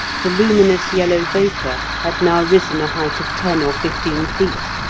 the luminous yellow vapour had now risen a height of ten or fifteen feet,